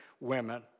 women